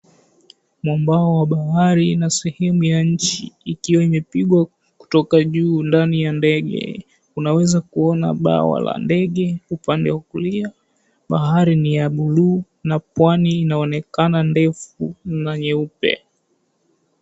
Mwambao wa bahari na sehemu ya nchi ikiwa imepingwa kutoka ju na ndani ya ndege, naweza kuona bawa la ndege upande wa kulia. Bahari ni ya bluu na Pwani inaonekana ndefu na nyeupe.